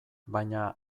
baina